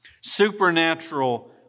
supernatural